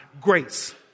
grace